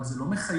אבל זה לא מחייב.